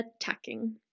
attacking